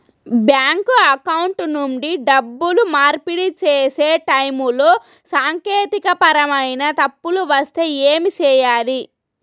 bank account నుండి డబ్బులు మార్పిడి సేసే టైములో సాంకేతికపరమైన తప్పులు వస్తే ఏమి సేయాలి